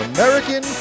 American